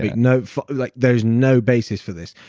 you know like there's no basis for this.